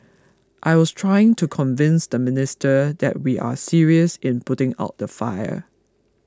I was trying to convince the minister that we are serious in putting out the fire